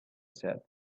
said